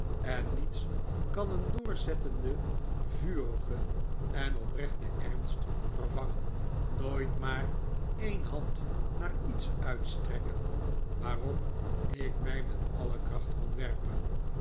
en niets kan een doorzettenden vurigen en oprechten ernst vervangen nooit maar een hand naar iets uit te strekken waarop ik mij met alle kracht kon werpen